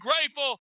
grateful